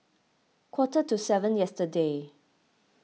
quarter to seven yesterday